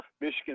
Michigan